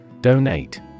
Donate